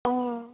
অ